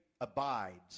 abides